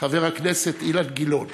חבר הכנסת אילן גילאון